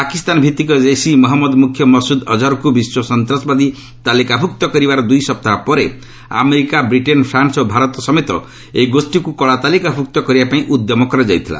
ପାକିସ୍ତାନ ଭିଭିକ ଜୈସ୍ ଇ ମହମ୍ମଦ ମୁଖ୍ୟ ମସୁଦ ଅଜହରକୁ ବିଶ୍ୱ ସନ୍ତାସବାଦୀ ତାଲିକାଭୁକ୍ତ କରିବାର ଦୁଇ ସପ୍ତାହ ପରେ ଆମେରିକା ବ୍ରିଟେନ୍ ଫ୍ରାନ୍ୱ ଓ ଭାରତ ସମେତ ଏହି ଗୋଷ୍ଠୀକୁ କଳାତାଲିକାଭୁକ୍ତ କରିବା ପାଇଁ ଉଦ୍ୟମ କରାଯାଇଥିଲା